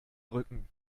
rücken